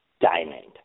Diamond